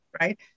right